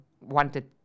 wanted